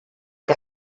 que